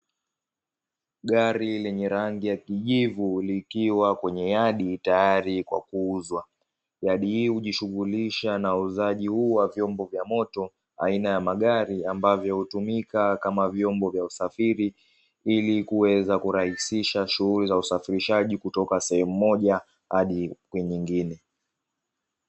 Gari lenye rangi ya kijivu likiwa kwenye yadi tayari kwa kuuzwa. Yadi hii hujishughulisha na uuzaji huu wa vyombo vya moto aina ya magari, ambavyo hutumika kama vyombo vya usafiri, ili kuweza kurahisisha shughuli za usafirishaji kutoka sehemu moja hadi kwa nyingine.